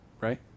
right